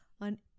on